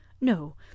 No